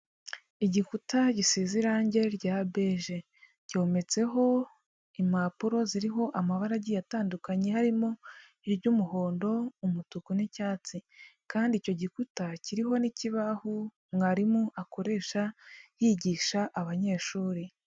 Igikuta gisize irangi rya beje, ryometseho impapuro ziriho amarangi atandukanye harimo: Iry'umuhondo, umutuku n'icyatsi, kandi icyo gikuta kiriho n'ikibaho mwarimu akoresha yigisha abanyeshuri.